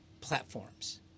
platforms